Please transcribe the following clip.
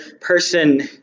person